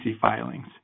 filings